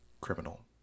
criminal